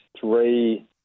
three